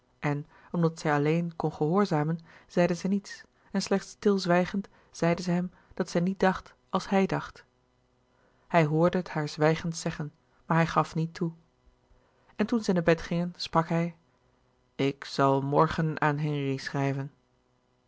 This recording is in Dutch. en omdat zij alleen kon gehoorzamen zeide zij niets en slechts stilzwijgend zeide zij hem dat zij niet dacht als hij dacht hij hoorde het haar zwijgend zeggen maar hij gaf niet toe en toen zij naar bed gingen sprak hij ik zal morgen aan henri schrijven